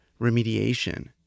remediation